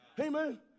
Amen